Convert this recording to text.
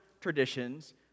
traditions